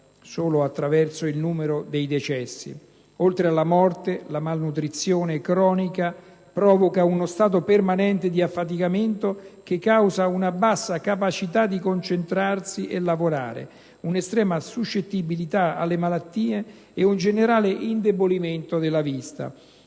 solo attraverso il numero dei decessi. Oltre alla morte, la malnutrizione cronica provoca uno stato permanente di affaticamento che causa una bassa capacità di concentrarsi e lavorare, un'estrema suscettibilità alle malattie e un generale indebolimento della vista.